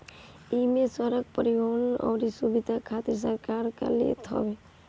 इमे सड़क, परिवहन अउरी सुविधा खातिर सरकार कर लेत हवे